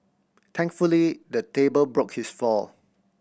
thankfully the table broke his fall